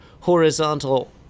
Horizontal